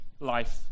life